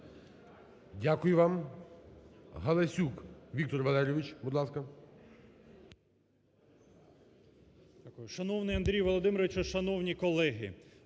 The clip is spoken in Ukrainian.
Дякую вам. Галасюк Віктор Валерійович, будь ласка.